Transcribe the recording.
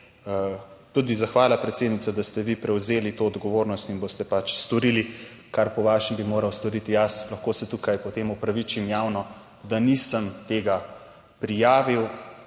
tudi zahvala predsednica, da ste vi prevzeli to odgovornost in boste pač storili, kar po vaše bi moral storiti jaz. Lahko se tukaj potem opravičim javno, da nisem tega prijavil.